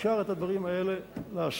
אפשר את הדברים האלה לעשות,